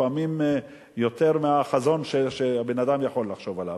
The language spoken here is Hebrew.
לפעמים יותר מהחזון שהבן-אדם יכול לחשוב עליו.